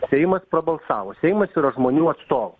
seimas prabalsavo seimas yra žmonių atstovai